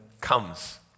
comes